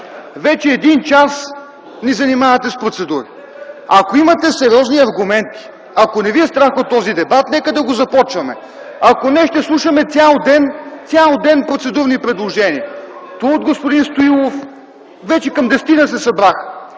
Вече един час ни занимавате с процедури. Ако имате сериозни аргументи, ако не Ви е страх от този дебат, нека да го започваме. (Шум и реплики от КБ.) Ако не, ще слушаме цял ден процедурни предложения ту от господин Стоилов... Вече към десетина се събраха.